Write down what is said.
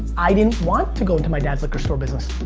i didn't want to go to my dad's liquor store business.